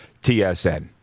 TSN